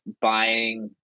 buying